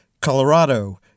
Colorado